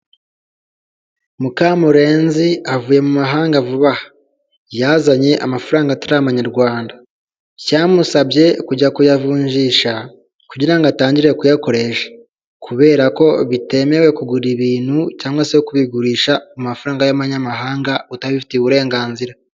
Mukamurenzi avuye mu mahanga vuba aha yazanye amafaranga atari abanyarwanda byamusabye kujya kuyavunjisha kugira ngo atangire kuyakoresha, kubera ko bitemewe kugura ibintu cyangwa se kubigurisha mu mafaranga y'amanyamahanga utabifitiye uburenganzira.